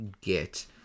get